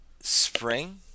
spring